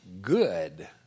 good